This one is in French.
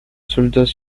soldats